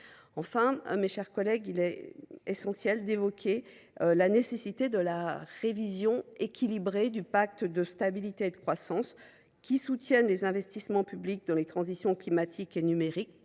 Enfin, mes chers collègues, il est essentiel d’évoquer la nécessité d’une révision équilibrée du pacte de stabilité et de croissance, soutenant les investissements publics dans les transitions climatiques et numériques,